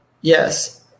Yes